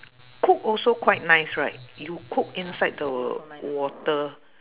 cook also quite nice right you cook inside the water